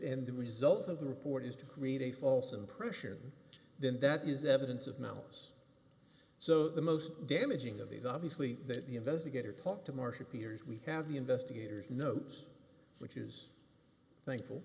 and the results of the report is to create a false impression then that is evidence of malice so the most damaging of these obviously that the investigator talked to marsh appears we have the investigators notes which is